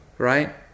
Right